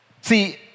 See